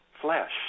flesh